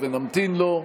נמתין לו.